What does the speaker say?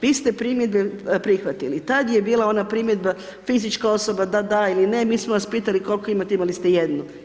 Vi ste primjedbe prihvatili, tad je bila ona primjedba fizička osoba da da ili ne, mi smo vas pitali koliko imate imali ste jednu.